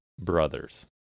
brothers